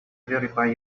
verify